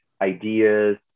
ideas